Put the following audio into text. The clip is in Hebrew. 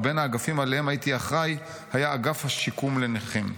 ובין האגפים שעליהם הייתי אחראי היה אגף השיקום לנכים.